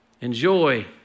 Enjoy